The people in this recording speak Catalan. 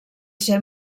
ser